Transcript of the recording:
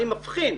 אני מבחין,